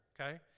Okay